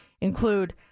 include